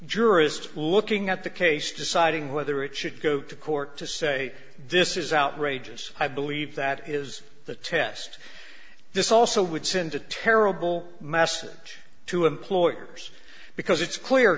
jurist looking at the case deciding whether it should go to court to say this is outrageous i believe that is the test this also would send a terrible message to employers because it's clear